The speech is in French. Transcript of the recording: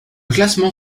classement